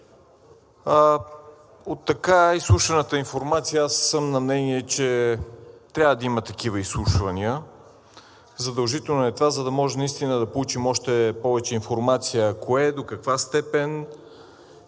От така изслушаната информация аз съм на мнение, че трябва да има такива изслушвания. Задължително е това, за да можем наистина да получим още повече информация, кое, до каква степен,